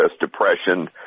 depression